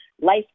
Life